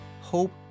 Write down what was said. hope